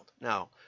Now